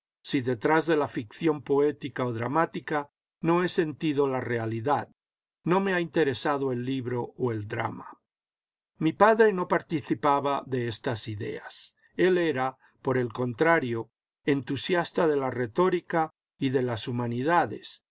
si detrás de la ficción poética o dramática no he sentido la realidad no me ha interesado el libro o el drama mi padre no participaba de estas ideas él era por el contrario entusiasta de la retórica y de las humanidades